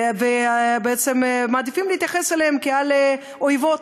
ובעצם מעדיפים להתייחס אליהן כאל אויבות